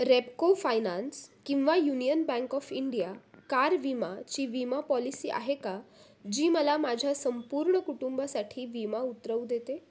Repco finance किंवा Union Bank of India car विमाची विमा पॉलिसी आहे का जी मला माझ्या संपूर्ण कुटुंबासाठी विमा उतरवू देते